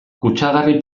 kutsagarri